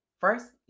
first